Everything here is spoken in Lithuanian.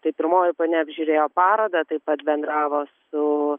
tai pirmoji ponia apžiūrėjo parodą taip pat bendravo su